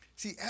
See